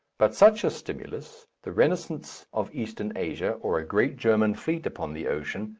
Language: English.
but such a stimulus, the renascence of eastern asia, or a great german fleet upon the ocean,